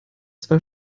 zwei